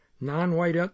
non-white